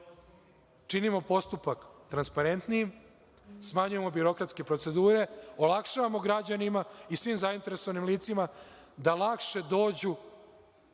činimo postupak transparentniji, smanjujemo birokratske procedure, olakšavamo građanima i svim zainteresovanim licima da lakše dođu